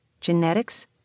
genetics